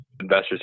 investors